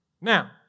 Now